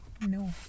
No